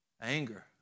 Anger